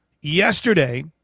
yesterday